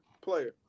player